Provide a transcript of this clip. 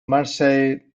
marseille